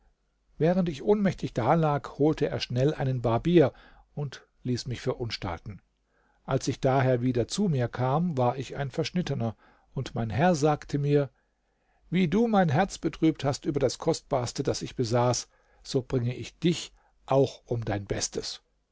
während ich ohnmächtig dalag holte er schnell einen barbier und ließ mich verunstalten als ich daher wieder zu mir kam war ich ein verschnittener und mein herr sagte mir wie du mein herz betrübt hast über das kostbarste das ich besaß so bringe ich dich auch um dein bestes